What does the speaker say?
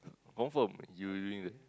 confirm you doing that